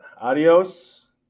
adios